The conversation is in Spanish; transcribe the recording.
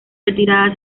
retirada